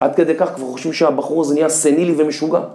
עד כדי כך כבר חושבים שהבחור הזה נהיה סנילי ומשוגע?